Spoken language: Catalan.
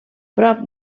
prop